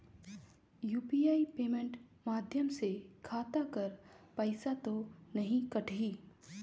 UPI payment माध्यम से खाता कर पइसा तो नी कटही?